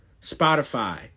Spotify